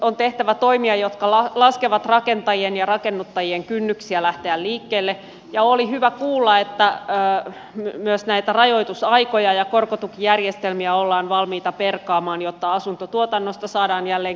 on tehtävä toimia jotka laskevat rakentajien ja rakennuttajien kynnyksiä lähteä liikkeelle ja oli hyvä kuulla että myös näitä rajoitusaikoja ja korkotukijärjestelmiä ollaan valmiita perkaamaan jotta asuntotuotannosta saadaan jälleen kiinnostavaa